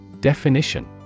Definition